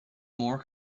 more